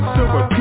Silver